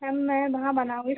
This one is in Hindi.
मैम मैं वहाँ बनाऊँगी